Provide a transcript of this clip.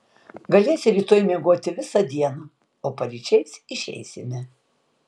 galėsi rytoj miegoti visą dieną o paryčiais išeisime